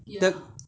the